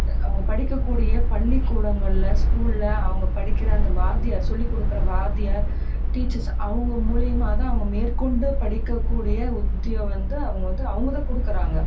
அவங்க படிக்கக்கூடிய பள்ளிக் கூடங்களில் ஸ்கூலில் அவங்க படிக்கிற அந்த வாத்தியார் சொல்லிக்கொடுக்குற வாத்தியார் டீச்சர்ஸ் அவங்க மூலயமாதான் அவங்க மேற்கொண்டு படிக்கக்கூடிய உத்தியை வந்து அவங்க வந்து அவங்கதான் கொடுக்குறாங்க